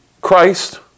Christ